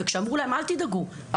וכשאמרו להורים אל תדאגו,